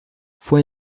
fue